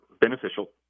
beneficial